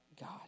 God